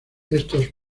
estos